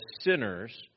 sinners